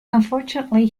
unfortunately